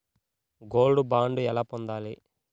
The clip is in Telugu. గోల్డ్ బాండ్ ఎలా పొందాలి?